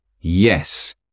yes